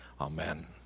Amen